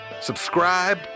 Subscribe